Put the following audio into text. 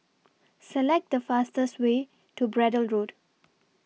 Select The fastest Way to Braddell Road